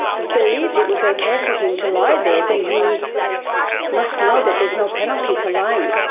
believed it was ok for him to lie there, then he must know that there's no penalty for lying.